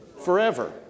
forever